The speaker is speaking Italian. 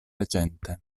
recente